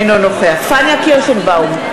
אינו נוכח פניה קירשנבאום,